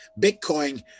Bitcoin